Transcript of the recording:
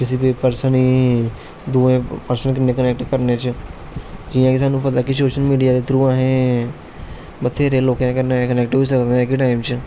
किसे बी पर्सन गी दुऐ पर्सन कन्नै कनैक्ट करने च जियां कि स्हानू पता कि सोशल मिडिया दे थ्रू असें बथ्हेरे लोकें कन्नै कनैक्ट होई सकने इक टाइम च